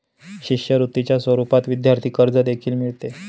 शिष्यवृत्तीच्या स्वरूपात विद्यार्थी कर्ज देखील मिळते